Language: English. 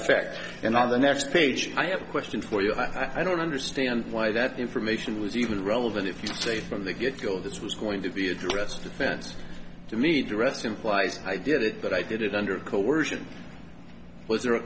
effect and on the next page i have a question for you i don't understand why that information was even relevant if you say from the get go this was going to be addressed defense to me dressed implies i did it but i did it under coercion was there a